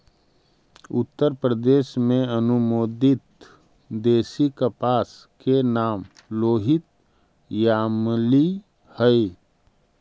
उत्तरप्रदेश में अनुमोदित देशी कपास के नाम लोहित यामली हई